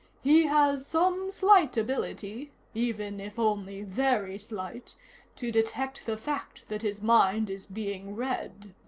he has some slight ability even if only very slight to detect the fact that his mind is being read.